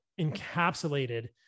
encapsulated